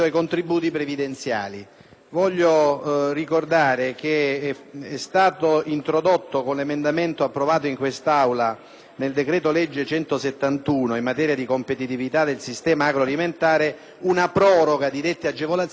Voglio ricordare che è stato introdotta, con emendamento approvato in quest'Aula al decreto-legge n. 171 del 2008 in materia di competitività del sistema agroalimentare, una proroga di dette agevolazioni al 31 marzo